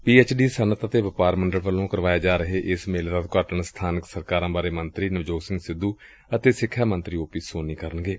ਪੀ H D ਸੱਨਅਤ ਤੇ ਵਪਾਰ ਮੰਡਲ ਵੱਲੋਂ ਕਰਵਾਏ ਜਾ ਰਹੇ ਇਸ ਮੇਲੇ ਦਾ ਉਦਘਾਟਨ ਸਥਾਨਕ ਸਰਕਾਰਾ ਬਾਰੇ ਮੰਤਰੀ ਨਵਜੋਤ ਸਿੰਘ ਸੱਧੂ ਅਤੇ ਸਿਖਿਆ ਮੰਤਰੀ ਓ ਪੀ ਸੋਨੀ ਕਰਨਗੇ